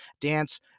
dance